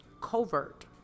covert